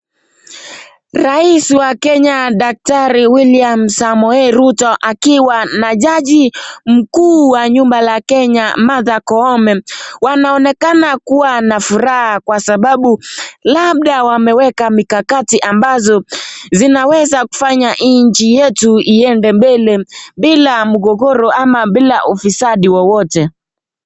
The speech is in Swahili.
Rais wa kenya Daktari William Samoe Ruto akiwa na jaji mkuu wa nyumba la kenya Martha koome wanaonekana kuwa na furaha kwa sababu labda wameweka mikakati ambazo zinaweza kufanya hii nchi yetu iende mbele bila mgogoro ama bila ufisadi wowote.